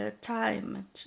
Time